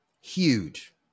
Huge